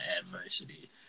adversity